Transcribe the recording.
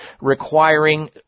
requiring